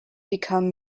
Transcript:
become